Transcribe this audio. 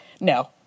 no